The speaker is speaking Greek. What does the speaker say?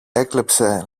έκλεψε